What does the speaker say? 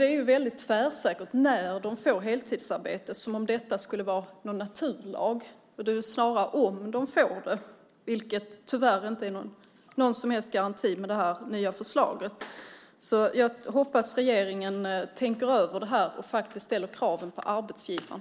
Det är väldigt tvärsäkert att tala om när de får ett heltidsarbete - som om det skulle vara en naturlag. Snarare handlar det om de får ett heltidsarbete, för vilket det med det nya förslaget tyvärr inte finns någon garanti. Jag hoppas att regeringen tänker över detta och faktiskt ställer kraven på arbetsgivaren.